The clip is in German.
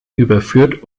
überführt